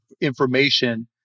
information